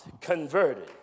converted